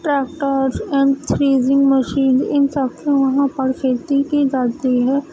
tractors and threshing machine ان سب سے وہاں پر کھیتی کی جاتی ہے